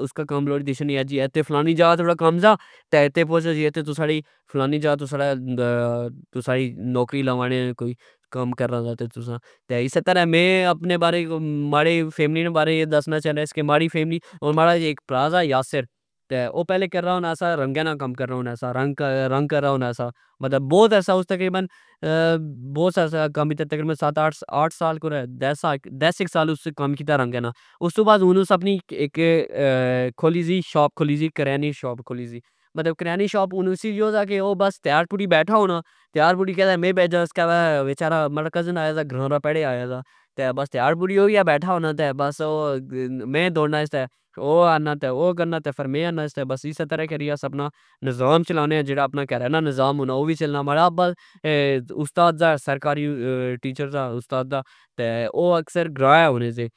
اسکا کم لوڑ دئی شونی اہہ جی اتھے فلانی جگہ واڑا کم سا تے اتھے پوچو جی اتھے تساں فلانی جگہ تسا ساڑی نوکری لوانے آ تہ کم کرادا تسا اسہ ترہ میں اپنے بارے ماڑے فیملی بارے دسنا چانا ماڑی فیملی ہن ماڑا اک پرا سا یاسر او پہلے کرنا ہونا سا رنگہ نا کم کرنا ہونا سا رنگ کرنا ہونا مطلب بوت عرصہ تقریبن بوت سا کم ایتھہ تقریبن آٹھسال کرہ دیس اک سال اس کم کیتا رنگہ نا استو بعد ہن اس اپنی اک کھولی سی شاپ کھولی سی کرینی شاپ کھولی سی مطلب کرینی شاپ ہن اسی یو سا کہ او دیاڑ پوری بیٹا ہونا دیاڑ پوری کدہ میں بئی جاس کدہ بیچارا ماڑا کزن آیا سا گرا دا پڑے آیا دا بس دیاڑ پوری اوہ بیٹھا ہونا تہ بس او میں دوڑناس تہ او آنا او گنا تہ میں آنا تہ بس اسہ ترہ کری اساں آپنا نظام چلانے آ جیڑا اپنا کرہ نا نظام ہونا او چلنا ماڑا ابا استاد دا سرکاری تیچر دا استاد آ او اکثر گرا ہونے سے۔